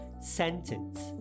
sentence